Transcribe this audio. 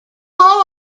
all